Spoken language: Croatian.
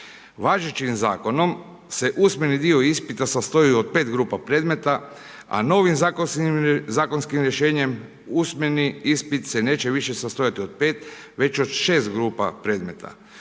Važećim zakonom se usmeni dio ispita sastoji od 5 grupa predmeta a novim zakonskim rješenjem usmeni ispit se neće više sastojati od 5 već od 6 grupa predmeta.